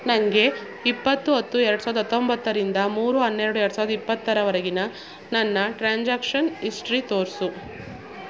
ನನಗೆ ಇಪ್ಪತ್ತು ಹತ್ತು ಎರ್ಡು ಸಾವಿರ್ದ ಹತ್ತೊಂಬತ್ತರಿಂದ ಮೂರು ಹನ್ನೆರಡು ಎರ್ಡು ಸಾವಿರ್ದ ಇಪ್ಪತ್ತರ ವರೆಗಿನ ನನ್ನ ಟ್ರಾನ್ಸಾಕ್ಷನ್ ಹಿಷ್ಟ್ರಿ ತೋರಿಸು